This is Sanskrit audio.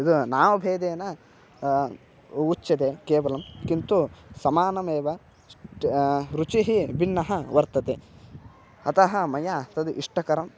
यद् नामभेदेन उच्यते केवलं किन्तु समानमेव रुचिः भिन्नः वर्तते अतः मया तद् इष्टकरं